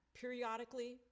periodically